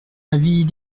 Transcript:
avis